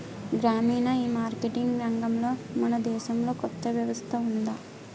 గ్రామీణ ఈమార్కెటింగ్ రంగంలో మన దేశంలో కొత్త వ్యవస్థ ఉందా?